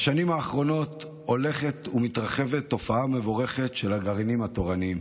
בשנים האחרונות הולכת ומתרחבת תופעה מבורכת של הגרעינים התורניים,